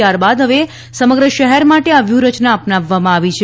ત્યારબાદ હવે સમગ્ર શહેર માટે આ વ્યૂહ રચના અપનાવવામાં આવી છે